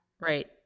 Right